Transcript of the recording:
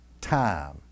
time